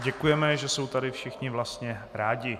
Děkujeme, že jsou tady všichni vlastně rádi.